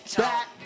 back